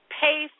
pay